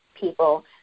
people